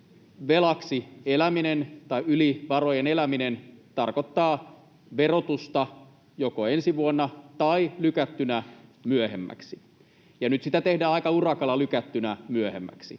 velaksi eläminen tai yli varojen eläminen tarkoittaa verotusta joko ensi vuonna tai lykättynä myöhemmäksi, ja nyt sitä tehdään aika urakalla lykättynä myöhemmäksi.